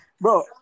bro